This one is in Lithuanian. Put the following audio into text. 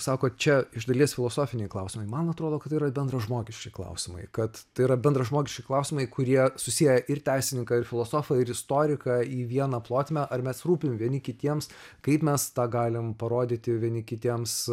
sako čia iš dalies filosofiniai klausimai man atrodo kad tai yra bendražmogiški klausimai kad tai yra bendražmogiški klausimai kurie susieja ir teisininką ir filosofą ir istoriką į vieną plotmę ar mes rūpim vieni kitiems kaip mes tą galim parodyti vieni kitiems